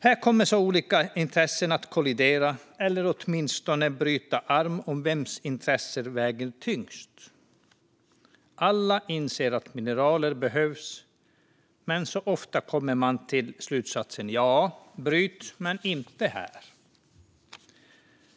Här kommer olika intressen att kollidera, eller åtminstone bryta arm, om vems intressen som väger tyngst. Alla inser att mineral behövs, men ofta kommer man till slutsatsen: Ja, bryt - men inte här!